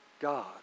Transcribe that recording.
God